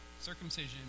Circumcision